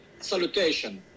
salutation